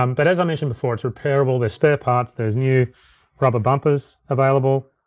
um but as i mentioned before, it's repairable, there's spare parts, there's new rubber bumpers available,